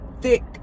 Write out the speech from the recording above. thick